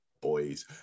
boys